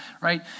right